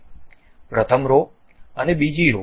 પ્રથમ રો અને બીજી રો